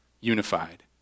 unified